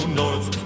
north